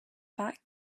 back